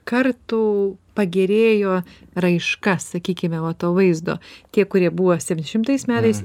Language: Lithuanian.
kartų pagerėjo raiška sakykime va to vaizdo tie kurie buvo septyniasdešimtais metais